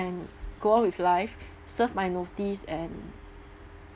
go on with life serve my notice and